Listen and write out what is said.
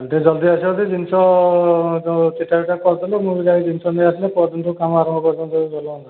ଟିକେ ଯଦି ଜଲ୍ଦି ଆସନ୍ତି ଜିନିଷ ଚିଠାଟା କରିଦେଲେ ମୁଁ ବି ଯାଇକି ଜିନିଷ ନେଇଆସିଲେ ପହରଦିନ ଠୁ କାମ ଆରମ୍ଭ କରିଦିଅନ୍ତ ଭଲ ହୁଅନ୍ତା